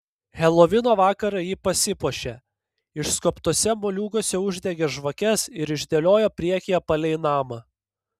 helovino vakarą ji pasipuošė išskobtuose moliūguose uždegė žvakes ir išdėliojo priekyje palei namą